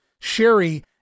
Sherry